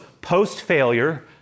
post-failure